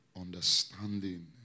Understanding